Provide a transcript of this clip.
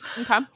Okay